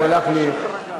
הלך,